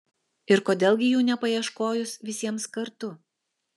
ir kodėl gi jų nepaieškojus visiems kartu